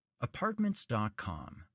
Apartments.com